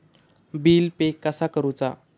Bill pay कसा करुचा?